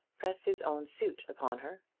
press his own suit upon her.